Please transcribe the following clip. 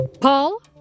Paul